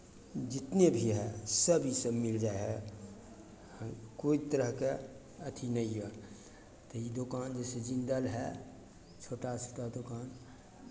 जितने भी हए सभ इसभ मिल जाइ हए कोइ तरहके अथि नहि यए ई दोकान जइसे जिंदल हए छोटा छोटा दोकान